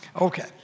Okay